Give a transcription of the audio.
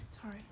Sorry